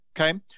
Okay